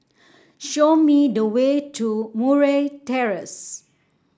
show me the way to Murray Terrace